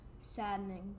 saddening